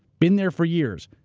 been there for years.